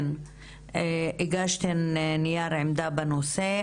הגשתן נייר עמדה בנושא,